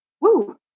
Woo